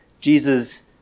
Jesus